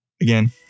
again